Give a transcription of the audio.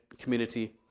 community